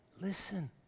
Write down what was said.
Listen